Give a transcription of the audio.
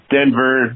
Denver